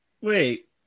Wait